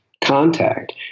contact